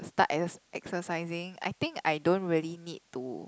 start exer~ exercising I think I don't really need to